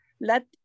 Let